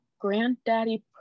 Granddaddy